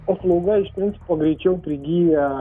paslauga iš principo greičiau prigyja